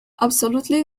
absolutely